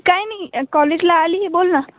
काही नाही कॉलेजला आली आहे बोल ना